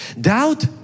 Doubt